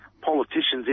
politicians